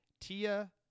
Tia